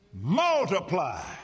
multiply